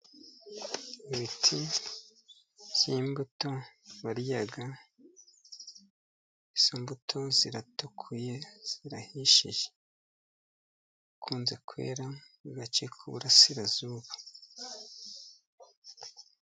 Ibiti by'imbuto barya, izo mbuto ziratukuye zirahishije zikunze kwera mu gace k'uburasirazuba.